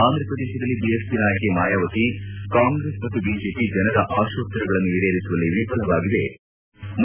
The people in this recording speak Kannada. ಆಂಧಪ್ರದೇಶದಲ್ಲಿ ಬಿಎಸ್ಪಿ ನಾಯಕಿ ಮಾಯಾವತಿ ಕಾಂಗ್ರೆಸ್ ಮತ್ತು ಬಿಜೆಪಿ ಜನರ ಆತೋತ್ತರಗಳನ್ನು ಈಡೇರಿಸುವಲ್ಲಿ ವಿಫಲವಾಗಿದೆ ಎಂದರು